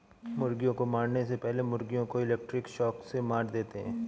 मुर्गियों को मारने से पहले मुर्गियों को इलेक्ट्रिक शॉक से मार देते हैं